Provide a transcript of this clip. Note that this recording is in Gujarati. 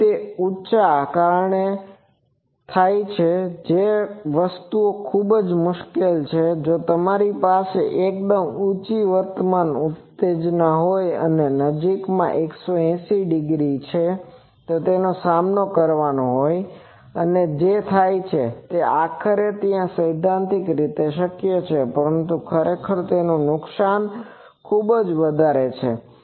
તેથી તે ઉંચા કારણે જે થાય છે તે વસ્તુ ખૂબ જ મુશ્કેલ છે કે જો તમારી પાસે એકદમ ઉંચી વર્તમાન ઉત્તેજના હોય અને નજીકમાં 180 ડિગ્રી નો સામનો કરવાનો હોય અને જે થાય તે આખરે ત્યાં સૈદ્ધાંતિક રીતે શક્ય છે પરંતુ ખરેખર તેનું નુકસાન ખૂબ વધારે છે